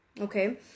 Okay